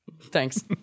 Thanks